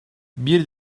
bir